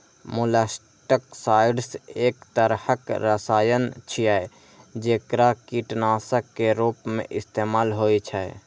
molluscicides एक तरहक रसायन छियै, जेकरा कीटनाशक के रूप मे इस्तेमाल होइ छै